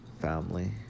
family